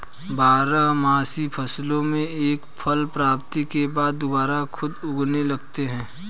बारहमासी फसलों से एक बार फसल प्राप्ति के बाद दुबारा खुद उगने लगते हैं